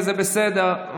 וזה בסדר,